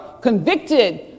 convicted